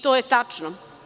To je tačno.